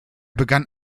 begann